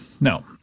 No